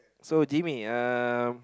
so Jimmy uh